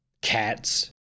Cats